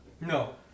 No